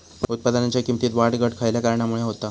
उत्पादनाच्या किमतीत वाढ घट खयल्या कारणामुळे होता?